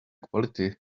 quality